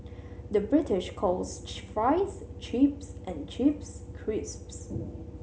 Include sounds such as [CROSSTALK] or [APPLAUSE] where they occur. the British calls [UNINTELLIGIBLE] fries chips and chips crisps